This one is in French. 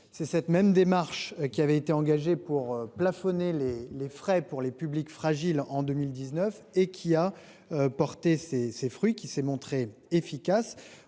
C'est cette même démarche qui avait été engagé pour plafonner les les frais pour les publics fragiles en 2019 et qui a porté ses ses fruits qui s'est montré efficace